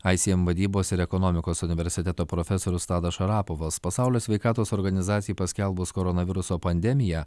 ism vadybos ir ekonomikos universiteto profesorius tadas šarapovas pasaulio sveikatos organizacijai paskelbus koronaviruso pandemiją